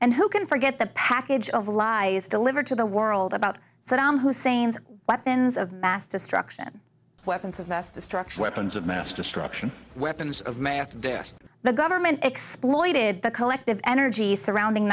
and who can forget the package of lies delivered to the world about saddam hussein's weapons of mass destruction weapons of mass destruction weapons of mass destruction weapons of mass there the government exploited the collective energy surrounding